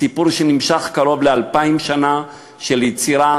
סיפור שנמשך קרוב לאלפיים שנה של יצירה,